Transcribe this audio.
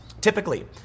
Typically